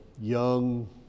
young